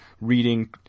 reading